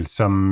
som